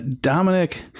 Dominic